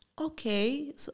Okay